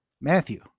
Matthew